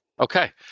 Okay